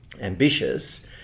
ambitious